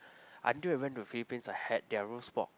until you went to Philippines for had their roast pork